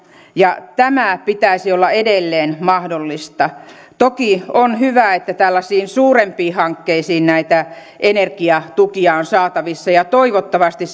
ja tämän pitäisi olla edelleen mahdollista toki on hyvä että tällaisiin suurempiin hankkeisiin näitä energiatukia on saatavissa ja toivottavasti